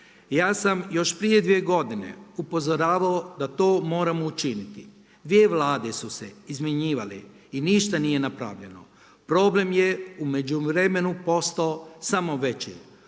Ja sam još prije 2 godine upozoravao da to moramo učiniti. Dvije vlade su se izmjenjivale i ništa nije napravljeno. Problem je u međuvremenu postao samo veći.